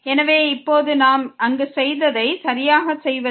எனவே இப்போது நாம் அங்கு செய்ததை அப்படியே செய்வோம்